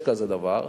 יש כזה דבר,